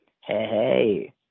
Hey